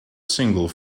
single